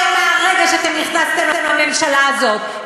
הרי מרגע שנכנסתם לממשלה הזאת,